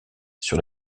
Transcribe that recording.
sur